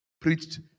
preached